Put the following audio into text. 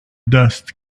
dust